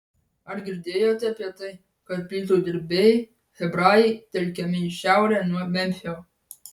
ar girdėjote apie tai kad plytų dirbėjai hebrajai telkiami į šiaurę nuo memfio